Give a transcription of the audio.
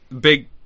Big